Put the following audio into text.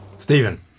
Stephen